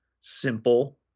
simple